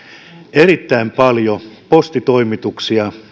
erittäin paljon postitoimituksia